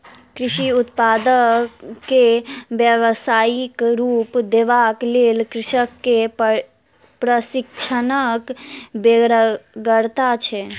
कृषि उत्पाद के व्यवसायिक रूप देबाक लेल कृषक के प्रशिक्षणक बेगरता छै